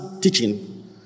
teaching